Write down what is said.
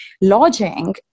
Lodging